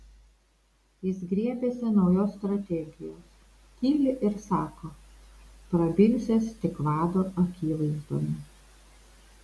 jis griebiasi naujos strategijos tyli ir sako prabilsiąs tik vado akivaizdoje